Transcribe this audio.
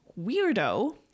weirdo